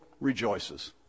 rejoices